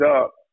up